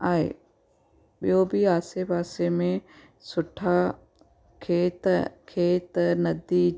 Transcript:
आहे ॿियों बि आसे पासे में सुठा खेत खेत नंदी